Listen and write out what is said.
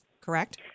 correct